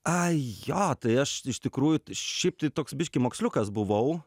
ai jo tai aš iš tikrųjų šiaip tai toks biškį moksliukas buvau